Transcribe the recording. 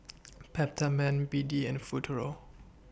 Peptamen B D and Futuro